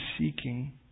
seeking